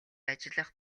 ажиллах